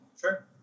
Sure